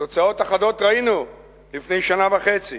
תוצאות אחדות ראינו לפני שנה וחצי.